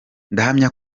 ndahamya